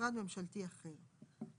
ממשרד ממשלתי אחר,";